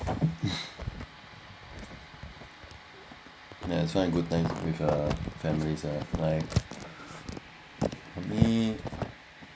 there's one good time with uh families ah like me